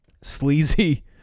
sleazy